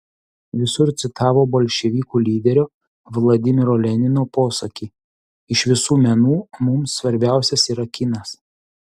visur citavo bolševikų lyderio vladimiro lenino posakį iš visų menų mums svarbiausias yra kinas